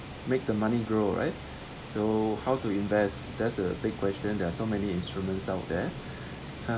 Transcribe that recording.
make the money grow right so how to invest that's the big question there are so many instruments out there